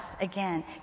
again